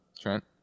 trent